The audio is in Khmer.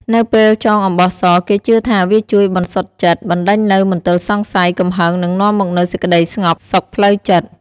នៅពេលចងអំបោះស គេជឿថាវាជួយ បន្សុទ្ធចិត្ត បណ្ដេញនូវមន្ទិលសង្ស័យ កំហឹង និងនាំមកនូវសេចក្តីស្ងប់សុខផ្លូវចិត្ត។